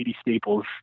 staples